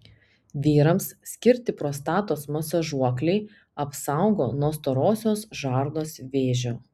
vyrams skirti prostatos masažuokliai apsaugo nuo storosios žarnos vėžio